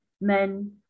men